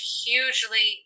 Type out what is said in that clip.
hugely